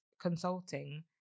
consulting